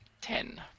Ten